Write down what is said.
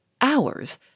Hours